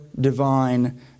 divine